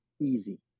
easy